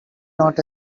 not